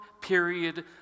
period